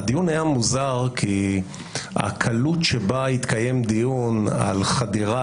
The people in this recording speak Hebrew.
הדיון היה מוזר כי הקלות בה התקיים דיון על חדירה